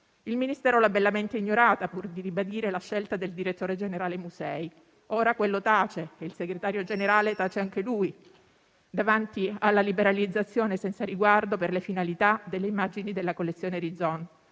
Il Ministero l'ha bellamente ignorata pur di ribadire la scelta del direttore generale musei. Ora, quello tace e il segretario generale tace anche lui davanti alla liberalizzazione senza riguardo per le finalità delle immagini della collezione Rizzon.